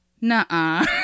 nah